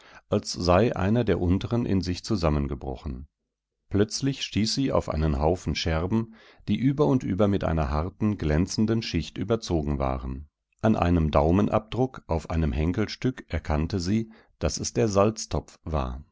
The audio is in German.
als sei einer der unteren in sich zusammengebrochen plötzlich stieß sie auf einen haufen scherben die über und über mit einer harten glänzenden schicht überzogen waren an einem daumenabdruck auf einem henkelstück erkannte sie daß es der salztopf war